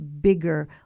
bigger